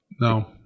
No